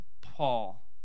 Paul